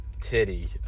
titty